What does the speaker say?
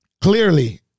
clearly